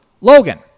Logan